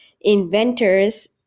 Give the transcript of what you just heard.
inventors